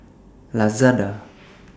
Lazada